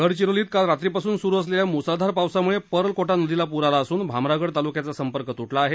गडचिरोलीत काल रात्रीपासून सुरु असलेल्या मुसळधार पावसामुळे पर्लकोटा नदीला पूर आला असून भामरागड तालुक्याचा संपर्क तुटला आहे